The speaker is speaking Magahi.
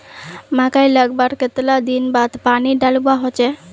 मकई लगवार कतला दिन बाद पानी डालुवा होचे?